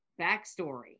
backstory